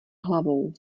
hlavou